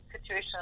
situation